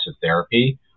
therapy